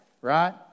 right